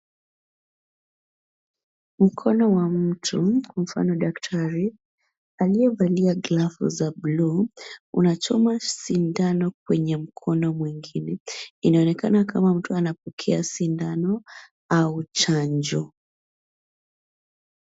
Mkono wa mtu, mfano daktari, aliyevalia glavu za bluu, unachoma sindano kwenye mkono mwingine. Inaonekana kama mtu anapokea sindano au chanjo.